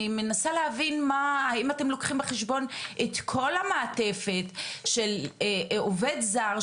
אני מנסה להבין האם אתם לוקחים בחשבון את כל המעטפת של עובד זר,